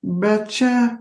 bet čia